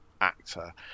actor